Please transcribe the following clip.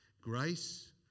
Grace